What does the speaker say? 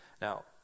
Now